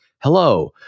Hello